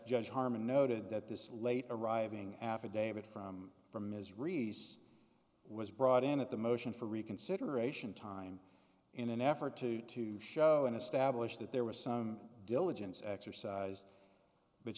judge harmon noted that this late arriving affidavit from from ms reese was brought in at the motion for reconsideration time in an effort to to show and establish that there was some diligence exercised but